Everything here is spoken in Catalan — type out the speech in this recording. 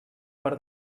per